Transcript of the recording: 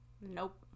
nope